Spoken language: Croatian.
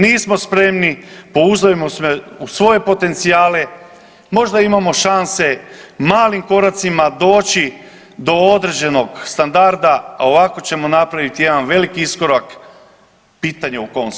Nismo spremni, pouzdajmo se u svoje potencijale možda imamo šanse malim koracima doći do određenog standarda, a ovako ćemo napraviti jedan veliki iskorak pitanje u kom smjeru.